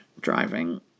driving